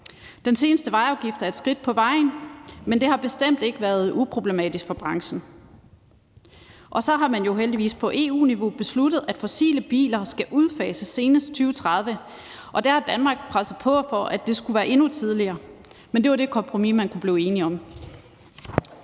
Den seneste vejafgift er et skridt på vejen, men det har bestemt ikke været uproblematisk for branchen. Så har man jo heldigvis på EU-niveau besluttet, at fossile biler skal udfases senest i 2030, og der har Danmark presset på, for at det skulle være endnu tidligere. Men det var det kompromis, man kunne blive enige om.